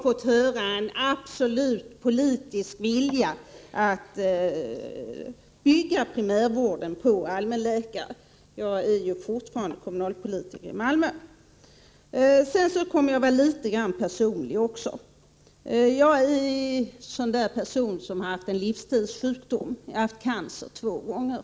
Samtidigt har en klar politisk vilja uttryckts för att bygga primärvården på allmänläkare — jag är fortfarande kommunalpolitiker i Malmö, så jag vet att det förhåller sig så. Jag kommer nu att bli något personlig. Jag tillhör dem som fått en livshotande sjukdom. Jag har nämligen haft cancer två gånger.